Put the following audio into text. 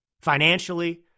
Financially